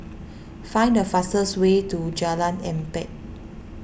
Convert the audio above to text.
find the fastest way to Jalan Empat